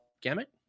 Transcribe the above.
gamut